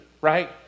right